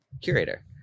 curator